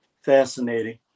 fascinating